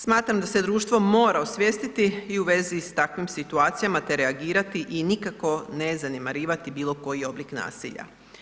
Smatram da se društvo mora osvijestiti i u vezi s takvim situacijama, te reagirati i nikako ne zanemarivati bilo koji oblik nasilja.